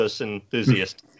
enthusiast